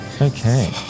Okay